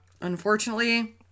Unfortunately